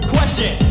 Question